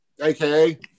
aka